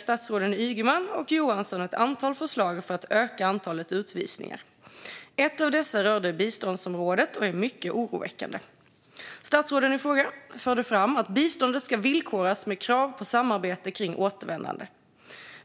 statsråden Ygeman och Johansson den 29 december förra året presenterade ett antal förslag för att öka antalet utvisningar. Ett av dessa rörde biståndsområdet och är mycket oroväckande. Statsråden i fråga förde fram att biståndet ska villkoras med krav på samarbete kring återvändande.